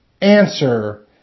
Answer